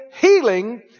healing